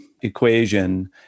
equation